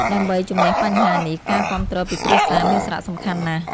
ដើម្បីជម្នះបញ្ហានេះ ការគាំទ្រពីគ្រួសារ មានសារៈសំខាន់ណាស់។